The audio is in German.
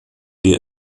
dir